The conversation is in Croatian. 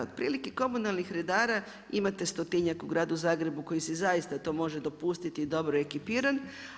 Otprilike komunalnih redara imate 100-tinjak, u Gradu Zagrebu koji se zaista to može dopustiti i dobro ekipiran.